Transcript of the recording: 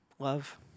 Love